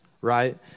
right